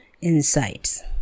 insights